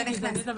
זה נכנס.